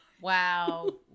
wow